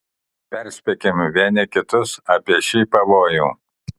perspėkim vieni kitus apie šį pavojų